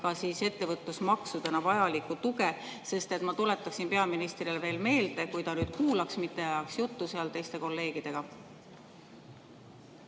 riigile ettevõtlusmaksudena vajalikku tuge. Ma tuletaksin peaministrile veel meelde – kui ta nüüd kuulaks, mitte ei ajaks juttu seal teiste kolleegidega.